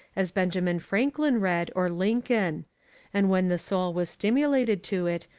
as benjamin franklin read or lincoln and when the soul was stimulated to it,